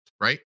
right